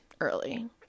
early